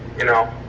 you know,